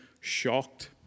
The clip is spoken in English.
shocked